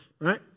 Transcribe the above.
right